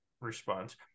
response